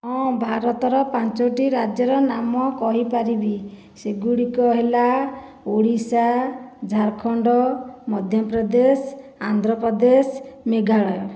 ହଁ ଭାରତର ପାଞ୍ଚଟି ରାଜ୍ୟର ନାମ କହିପାରିବି ସେଗୁଡ଼ିକ ହେଲା ଓଡ଼ିଶା ଝାଡ଼ଖଣ୍ଡ ମଧ୍ୟପ୍ରଦେଶ ଆନ୍ଧ୍ରପ୍ରଦେଶ ମେଘାଳୟ